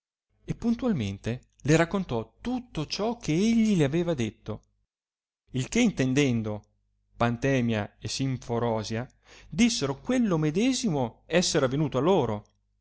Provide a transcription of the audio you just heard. e puntalmente le raccontò tutto ciò che egli le aveva detto il che intendendo pantemia e simforosia dissero quello medesimo esser avenuto a loro